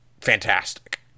fantastic